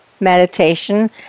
meditation